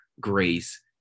grace